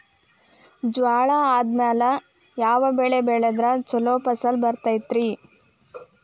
ಜ್ವಾಳಾ ಆದ್ಮೇಲ ಯಾವ ಬೆಳೆ ಬೆಳೆದ್ರ ಛಲೋ ಫಸಲ್ ಬರತೈತ್ರಿ?